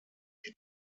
die